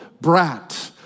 brat